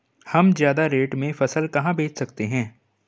हम ज्यादा रेट में फसल कहाँ बेच सकते हैं?